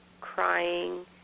crying